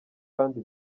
kandi